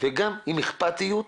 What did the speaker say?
וגם עם אכפתיות.